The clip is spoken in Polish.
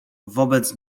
wobec